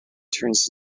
turns